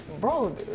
bro